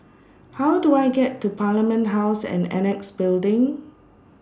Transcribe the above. How Do I get to Parliament House and Annexe Building